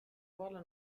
ruolo